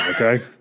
Okay